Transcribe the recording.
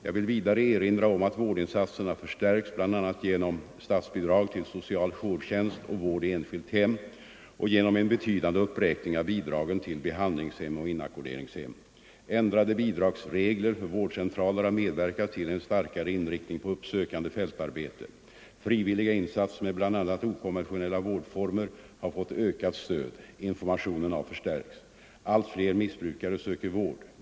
Jag vill vidare erinra om att vårdinsatserna förstärkts bl.a. genom statsbidrag till social jourtjänst och vård i enskilt hem och genom en betydande uppräkning av bidragen till behandlingshem och inackorderingshem. Ändrade bidragsregler för vårdcentraler har medverkat till en starkare inriktning på uppsökande fältarbete. Frivilliga insatser med bl.a. okonventionella vårdformer har fått ökat stöd. Informationen har förstärkts. Allt fler missbrukare söker vård.